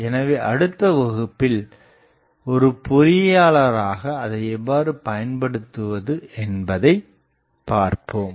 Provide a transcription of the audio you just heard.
எனவே அடுத்த வகுப்பில் ஒரு பொறியியலாளராக அதை எவ்வாறு பயன்படுத்துவது என்பதை பார்ப்போம்